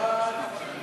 להעמקת גביית